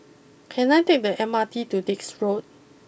can I take the M R T to Dix Road